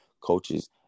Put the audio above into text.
coaches